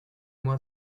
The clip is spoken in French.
moi